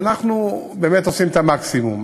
אנחנו באמת עושים את המקסימום,